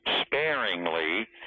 sparingly